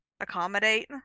accommodate